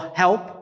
help